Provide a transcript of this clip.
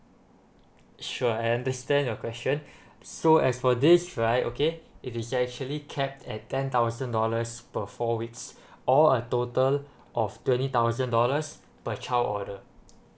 sure I understand your question so as for this right okay it is actually capped at ten thousand dollars per four weeks or a total of twenty thousand dollars per child order